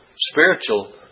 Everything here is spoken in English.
spiritual